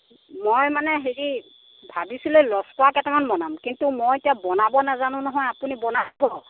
মই মানে হেৰি ভাবিছিলোঁ লস্কৰা কেটামান বনাম কিন্তু মই এতিয়া বনাব নাজানো নহয় আপুনি বনাব